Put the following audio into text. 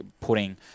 putting